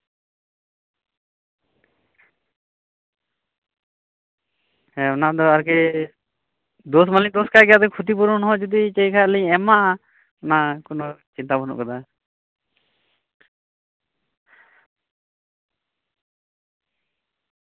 ᱦᱮᱸ ᱚᱱᱟ ᱟᱨᱠᱤ ᱫᱳᱥᱢᱟᱞᱤᱧ ᱫᱳᱥ ᱠᱟᱜ ᱜᱮ ᱠᱷᱚᱛᱤᱯᱩᱨᱚᱱ ᱦᱚᱸ ᱡᱩᱫᱤ ᱪᱟᱹᱭ ᱠᱷᱟᱡ ᱞᱤᱧ ᱮᱢᱟ ᱠᱳᱱᱳ ᱪᱤᱱᱛᱟ ᱵᱟᱱᱩᱜ ᱟᱠᱟᱫᱟ